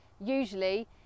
usually